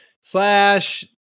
Slash